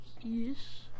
yes